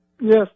Yes